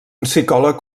psicòleg